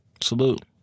Salute